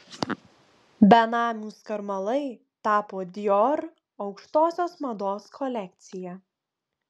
benamių skarmalai tapo dior aukštosios mados kolekcija